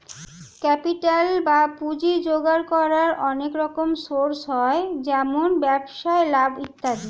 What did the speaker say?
capital বা পুঁজি জোগাড় করার অনেক রকম সোর্স হয়, যেমন ব্যবসায় লাভ ইত্যাদি